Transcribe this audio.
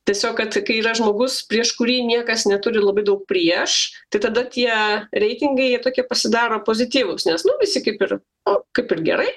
tiesiog kad kai yra žmogus prieš kurį niekas neturi labai daug prieš tai tada tie reitingai tokie pasidaro pozityvūs nes nu visi kaip ir o kaip ir gerai